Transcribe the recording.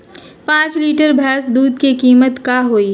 पाँच लीटर भेस दूध के कीमत का होई?